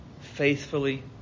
faithfully